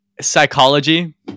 psychology